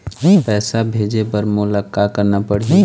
पैसा भेजे बर मोला का करना पड़ही?